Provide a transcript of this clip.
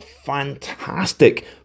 fantastic